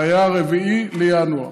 זה היה ב-4 בינואר,